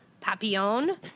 Papillon